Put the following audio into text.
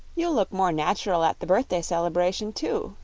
you'll look more natural at the birthday celebration, too,